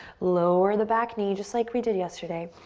lower the back knee, just like we did yesterday.